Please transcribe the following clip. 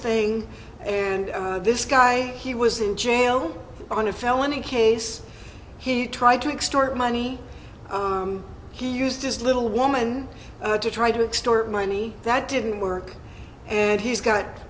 thing and this guy he was in jail on a felony case he tried to extort money he used his little woman to try to extort money that didn't work and he's got